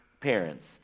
parents